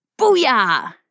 booyah